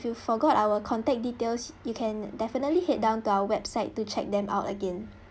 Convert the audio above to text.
you forgot our contact details you can definitely head down to our website to check them out again